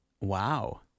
Wow